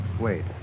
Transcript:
Wait